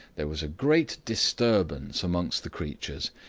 there was a great disturbance amongst the creatures.